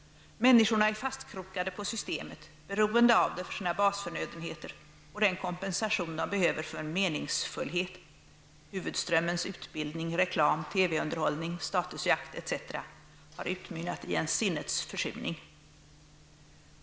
Människorna är fastkrokade på systemet, beroende av det för sina basförnödenheter och den kompensation de behöver för ''meningsfullhet''. Huvudströmmens utbildning, reklam, TV-underhållning, statusjakt, osv. har utrymmet i en sinnets försurning.